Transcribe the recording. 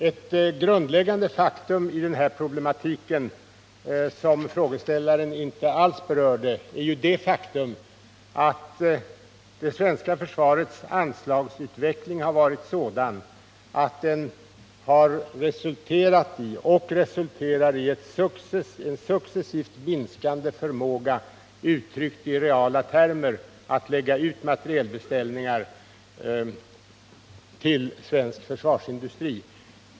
Ett grundläggande men av frågeställaren inte alls berört faktum i denna problematik är att det svenska försvarets anslagsutveckling varit sådan att den resulterat och resulterar i en successivt minskande förmåga, uttryckt i reala termer, att lägga ut materielbeställningar till svensk försvarsindustri.